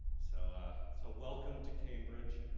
so ah so welcome to cambridge.